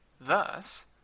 Thus